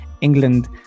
England